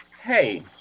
Hey